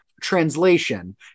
translation